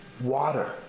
water